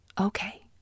Okay